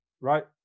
right